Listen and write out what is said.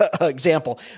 example